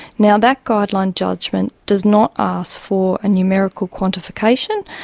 now, that guideline judgement does not ask for a numerical quantification,